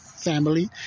family